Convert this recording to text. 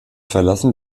verlassen